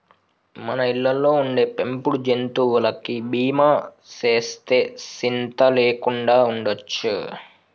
మన ఇళ్ళలో ఉండే పెంపుడు జంతువులకి బీమా సేస్తే సింత లేకుండా ఉండొచ్చు